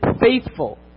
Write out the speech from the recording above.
faithful